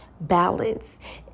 balance